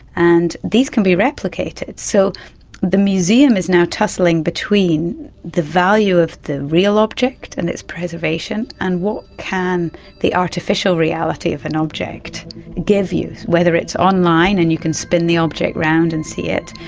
and these can be replicated. so the museum is now tussling between the value of the real object and its preservation, and what can the artificial reality of an object give you, whether it's online and you can spin the object round and see it,